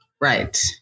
Right